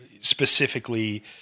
specifically